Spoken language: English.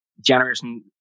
generation